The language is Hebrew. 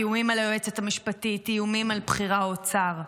איומים על בכירי האוצר.